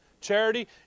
Charity